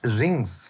rings